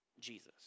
Jesus